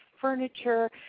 furniture